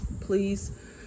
Please